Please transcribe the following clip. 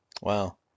Wow